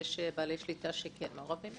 יש בעלי שליטה שכן מעורבים,